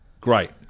Great